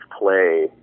play